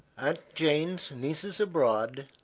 aunt jane's nieces abroad